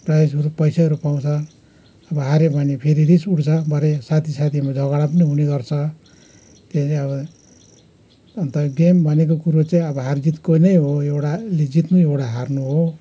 प्राइजहरू पैसाहरू पाउँछ अब हाऱ्यो भने फेरि रिस उठ्छ भरे साथी साथीमा झगडा पनि हुने गर्छ त्यहाँदेखि अब अन्त गेम भनेको कुरो चाहिँ अब हार जितको नै हो एउटाले जित्नु एउटा हार्नु हो